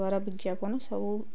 ଦ୍ୱାରା ବିଜ୍ଞାପନ ସବୁ